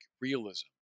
realism